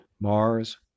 Mars